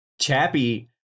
chappy